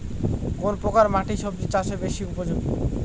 কোন প্রকার মাটি সবজি চাষে বেশি উপযোগী?